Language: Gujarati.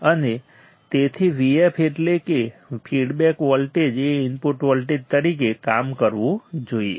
અને તેથી Vf એટલે કે ફીડબેક વોલ્ટેજ એ ઇનપુટ વોલ્ટેજ તરીકે કામ કરવું જોઈએ